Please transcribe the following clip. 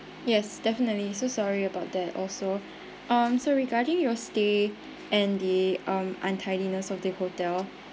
yes definitely so sorry about that also um so regarding your stay and the um untidiness of the hotel